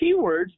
keywords